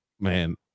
Man